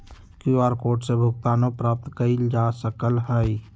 QR code से भुगतानो प्राप्त कएल जा सकल ह